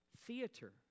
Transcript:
Theater